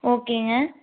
ஓகேங்க